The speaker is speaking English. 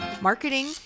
marketing